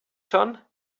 schon